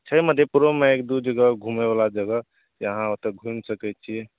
छै मधेपुरोमे एक दुइ जगह घुमैवला जगह जे अहाँ ओतए घुमि सकै छिए